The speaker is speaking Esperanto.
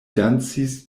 dancis